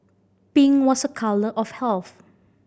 pink was a colour of health